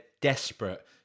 desperate